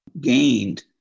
gained